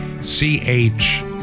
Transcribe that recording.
C-H